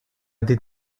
did